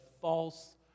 false